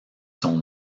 son